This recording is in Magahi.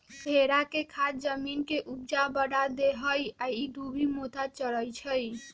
भेड़ा के खाद जमीन के ऊपजा बढ़ा देहइ आ इ दुभि मोथा चरै छइ